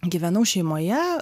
gyvenau šeimoje